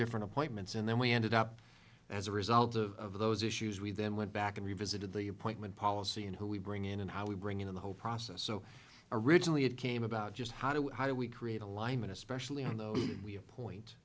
different appointments and then we ended up as a result of those issues we then went back and revisited the appointment policy and who we bring in and how we bring in the whole process so originally it came about just how do we how do we create alignment especially on those we appoint